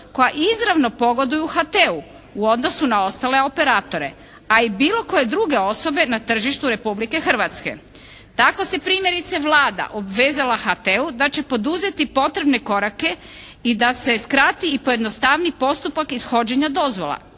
koja izravno pogoduju HT-u u odnosu na ostale operatore. A i bilo koje druge osobe na tržištu Republike Hrvatske. Tako se primjerice Vlada obvezala HT-u da će poduzeti potrebne korake i da se skrati i pojednostavi postupak ishođenja dozvola,